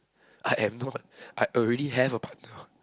I am not I already have a partner